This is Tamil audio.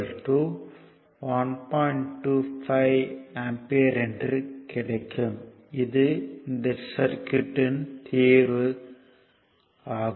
25 ஆம்பியர் என்று கிடைக்கும்